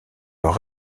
leur